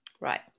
right